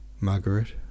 Margaret